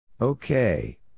Okay